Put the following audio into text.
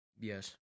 Yes